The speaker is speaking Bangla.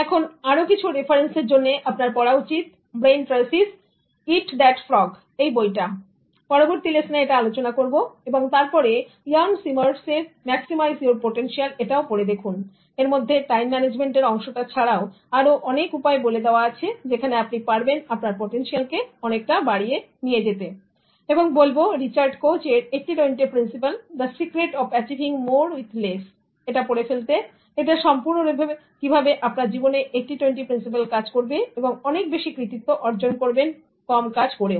এখন আরো কিছু রেফারেন্স এর জন্য আপনার পড়া উচিত Brain Tracy'sর Eat That Frog এই বইটাপরবর্তী লেসনে এটা আলোচনা করব এবং তারপরে Ian Seymour's Maximize Your Potential এটাও পড়ে দেখুন এর মধ্যে টাইম ম্যানেজমেন্ট এর অংশটা ছাড়াও আরো অনেক উপায় বলে দেওয়া আছে যেখানে আপনি পারবেন আপনার পোটেনশিয়াল কে অনেক বাড়িয়ে দিতেএবং বলবো Richard Koch 8020 Principle The Secret of Achieving More with Lessএটা পড়ে ফেলতে এটা সম্পূর্ণরূপে কিভাবে আপনার জীবনে 80 20 প্রিন্সিপাল কাজ করবে এবং অনেক বেশি কৃতিত্ব অর্জন করবেন কম কাজ করেও